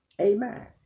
amen